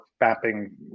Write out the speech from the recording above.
mapping